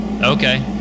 Okay